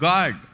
God